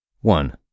One